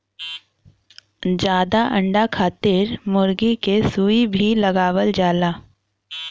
जादा अंडा खातिर मुरगी के सुई भी लगावल जाला